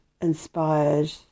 inspired